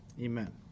Amen